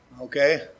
Okay